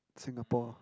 Singapore